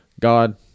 God